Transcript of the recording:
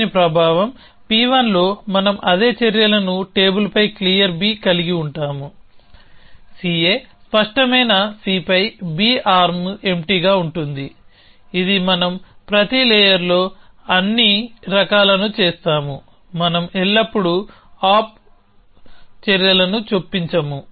దీని ప్రభావంగా P1లో మనం అదే చర్యలను టేబుల్పై క్లియర్ B కలిగి ఉంటాము CA స్పష్టమైన Cపై B ఆర్మ్ ఎంప్టీగా ఉంటుంది ఇది మనం ప్రతి లేయర్లో అన్ని రకాలను చేస్తాము మనం ఎల్లప్పుడూ op చర్యలను చొప్పించము